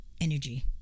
energy